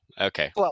Okay